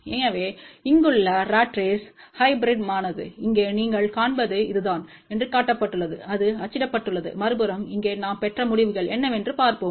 எனவே இங்குள்ள rat race hybrid மானது இங்கே நீங்கள் காண்பது இதுதான் என்று காட்டப்பட்டுள்ளது அது அச்சிடப்பட்டுள்ளது மறுபுறம் இங்கே நாம் பெற்ற முடிவுகள் என்னவென்று பார்ப்போம்